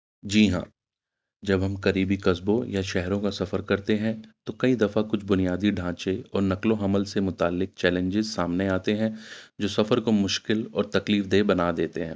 جی ہاں جب ہم قریبی قصبوں یا شہروں کا سفر کرتے ہیں تو کئی دفعہ کچھ بنیادی ڈھانچے اور نقل و حمل سے متعلق چیلنجز سامنے آتے ہیں جو سفر کو مشکل اور تکلیف دے بنا دیتے ہیں